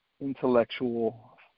intellectual